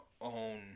own